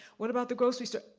what about the grocery store?